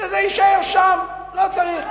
שזה יישאר שם, לא צריך.